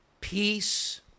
peace